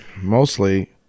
mostly